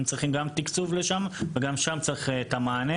הם צריכים גם תקצוב לשם וגם שם צריך את המענה